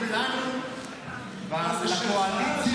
לך שניתן ליש עתיד להתערב לנו בקואליציה